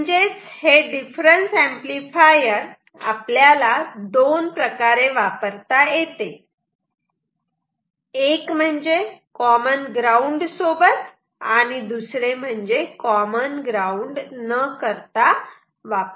म्हणजेच हे difference amplifier आपल्याला दोन प्रकारे वापरता येते एक म्हणजे कॉमन ग्राउंड सोबत आणि दुसरे म्हणजे कॉमन ग्राउंड न करता वापरू शकतो